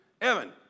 Evan